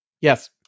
Yes